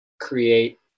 create